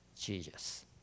Jesus